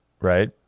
right